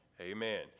amen